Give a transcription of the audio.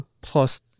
plus